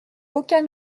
aucun